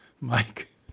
Mike